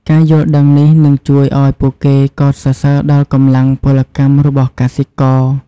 ការយល់ដឹងនេះនឹងជួយឱ្យពួកគេកោតសរសើរដល់កម្លាំងពលកម្មរបស់កសិករ។